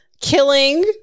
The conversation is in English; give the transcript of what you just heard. killing